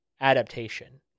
adaptation